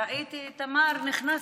ראיתי את תמר, נכנסתי.